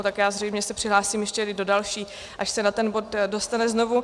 Tak já se zřejmě přihlásím ještě do další, až se na ten bod dostane znovu.